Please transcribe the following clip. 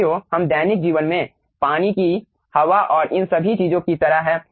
जो भी हो हम दैनिक जीवन में पानी की हवा और इन सभी चीजों की तरह हैं